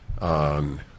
On